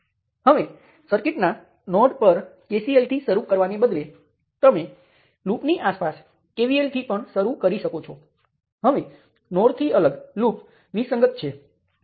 હવે તે જ રીતે આ કિસ્સામાં જ્યારે આપણી પાસે વોલ્ટેજ નિયંત્રિત સ્ત્રોત સાથે મેશ વિશ્લેષણ હોય ત્યારે આપણે નિયંત્રિત વોલ્ટેજને રેઝિસ્ટર પાસે અંકુશ કરીએ છીએ